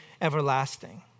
everlasting